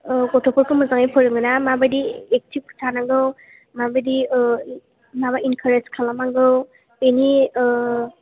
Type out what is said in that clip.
औ गथ'फोरखौ मोजाङै फोरोङोना माबादि एखथिब थानांगौ माबादि माबादि इनखारेस खालामनांगौ बेनि